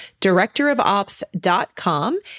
directorofops.com